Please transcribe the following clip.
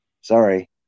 sorry